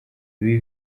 ibi